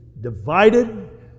divided